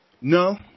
no